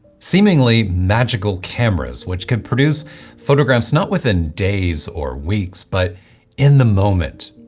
seemingly magical cameras which can produce photographs not within days or weeks but in the moment,